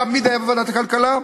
תמיד הוא היה בוועדת הכלכלה,